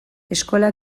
eskola